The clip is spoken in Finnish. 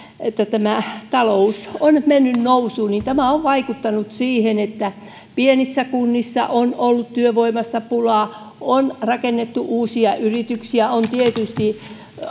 että kun talous on mennyt nousuun niin tämä on vaikuttanut siihen että pienissä kunnissa on ollut työvoimasta pulaa on rakennettu uusia yrityksiä on tietysti